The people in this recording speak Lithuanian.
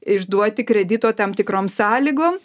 išduoti kredito tam tikrom sąlygom